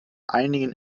einigen